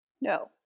No